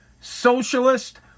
socialist